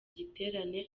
giterane